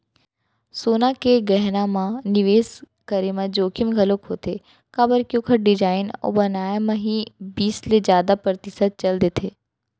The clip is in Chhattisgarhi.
सोना के गहना म निवेस करे म जोखिम घलोक होथे काबर के ओखर डिजाइन अउ बनाए म ही बीस ले जादा परतिसत चल देथे